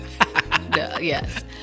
Yes